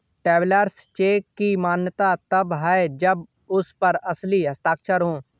travellers cheque की मान्यता तब है जब उस पर असली हस्ताक्षर हो